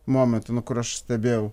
momentų nu kur aš stebėjau